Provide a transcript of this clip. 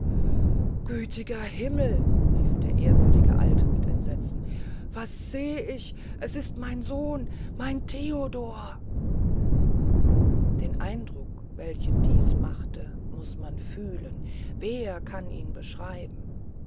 gütiger himmel rief der ehrwürdige alte mit entsetzen was seh ich es ist mein sohn mein theodor den eindruck welchen dies machte muß man fühlen wer kann ihn beschreiben